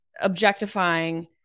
objectifying